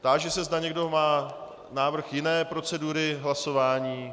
Táži se, zda někdo má návrh jiné procedury hlasování.